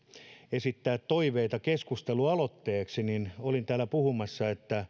esittää toiveita keskustelualoitteeksi olin täällä puhumassa että tämä maa